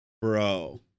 Bro